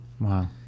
Wow